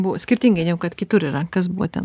buvo skirtingai negu kad kitur yra kas buvo ten